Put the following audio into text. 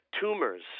tumors